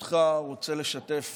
ברשותך, אני רוצה לשתף